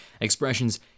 expressions